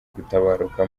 gutabaruka